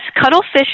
cuttlefish